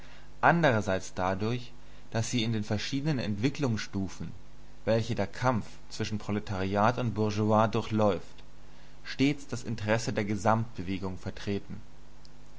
andrerseits dadurch daß sie in den verschiedenen entwicklungsstufen welche der kampf zwischen proletariat und bourgeoisie durchläuft stets das interesse der gesamtbewegung vertreten